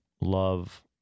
love